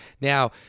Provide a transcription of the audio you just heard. Now